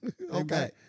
okay